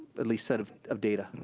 at least, set of of data.